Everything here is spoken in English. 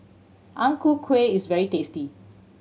Ang Ku Kueh is very tasty